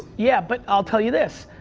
yeah, but i'll tell you this,